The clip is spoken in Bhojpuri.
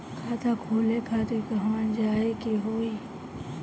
खाता खोले खातिर कहवा जाए के होइ?